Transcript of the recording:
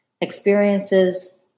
experiences